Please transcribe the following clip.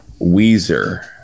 Weezer